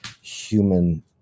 human